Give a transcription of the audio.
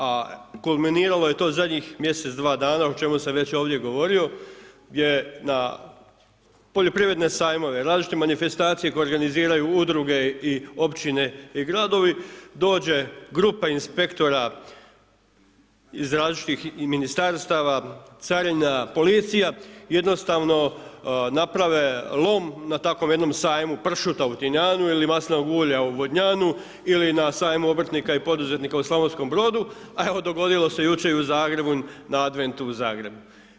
A kulminiralo je to zadnjih mjesec, dva dana, o čemu sam već ovdje govorio, gdje na poljoprivredne sajmove, različite manifestacije koje organiziraju Udruge, i Općine, i Gradovi, dođe grupa inspektora iz različitih Ministarstava, Carina, policija, jednostavno naprave lom na takvom jednom sajmu pršuta u Tinjanu ili maslinovog ulja u Vodnjanu, ili na sajmu poduzetnika i obrtnika u Slavonskom Brodu, a evo dogodilo se jučer i u Zagrebu, na Adventu u Zagrebu.